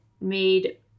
made